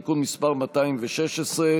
תיקון מס' 216)